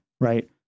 Right